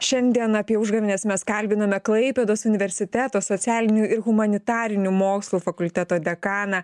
šiandien apie užgavėnes mes kalbiname klaipėdos universiteto socialinių ir humanitarinių mokslų fakulteto dekaną